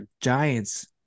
giants